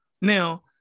Now